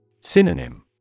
Synonym